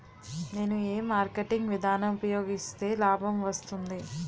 నేను ఏ మార్కెటింగ్ విధానం ఉపయోగిస్తే లాభం వస్తుంది?